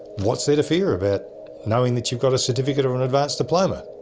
what's there to fear about knowing that you've got a certificate of an advanced diploma?